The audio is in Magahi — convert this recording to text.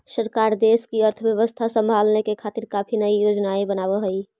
सरकार देश की अर्थव्यवस्था संभालने के खातिर काफी नयी योजनाएं बनाव हई